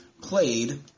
played